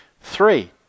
Three